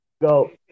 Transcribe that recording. go